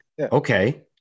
okay